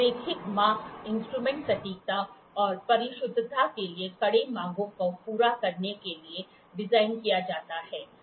रैखिक माप इंस्ट्रूमेंट सटीकता और परिशुद्धता के लिए कड़े मांगों को पूरा करने के लिए डिज़ाइन किया जाता है